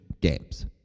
games